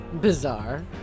Bizarre